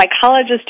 psychologist